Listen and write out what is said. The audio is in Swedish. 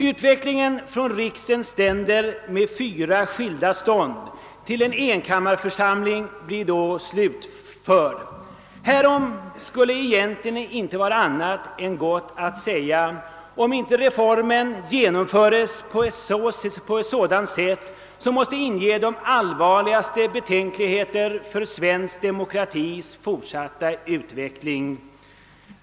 Utvecklingen från riksens ständer med fyra skilda stånd till en enkammarförsamling blir då slutförd. Härom skulle egentligen icke vara annat än gott att säga, om inte reformen genomfördes på ett sätt som måste inge de allvarligaste betänkligheter för svensk demokratis fortsatta utveckling.